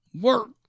Work